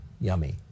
yummy